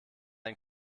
ein